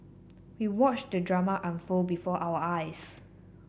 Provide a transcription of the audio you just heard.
we watched the drama unfold before our eyes